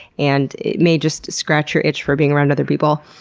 and it may just scratch your itch for being around other people.